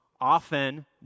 often